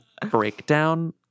breakdown